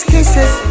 Kisses